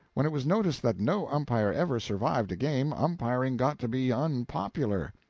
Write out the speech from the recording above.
when it was noticed that no umpire ever survived a game, umpiring got to be unpopular.